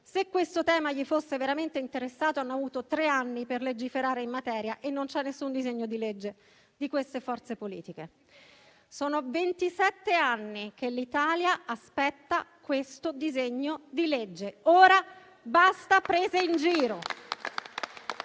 Se questo tema gli fosse veramente interessato, avrebbero avuto tre anni per legiferare in materia e non c'è alcun disegno di legge di queste forze politiche. Sono ventisette anni che l'Italia aspetta questo disegno di legge. Ora basta prese in giro.